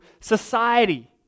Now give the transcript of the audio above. society